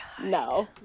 no